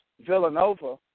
Villanova